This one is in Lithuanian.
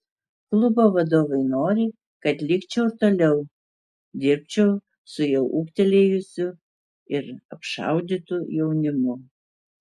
klubo vadovai nori kad likčiau ir toliau dirbčiau su jau ūgtelėjusiu ir apšaudytu jaunimu